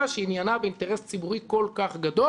שעניינה באינטרס ציבורי כל כך גדול,